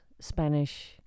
Spanish